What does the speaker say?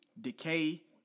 Decay